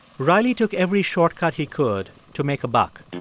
riley took every shortcut he could to make a buck.